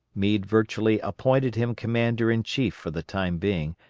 meade virtually appointed him commander-in-chief for the time being,